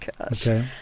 Okay